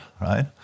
right